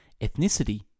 ethnicity